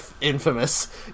infamous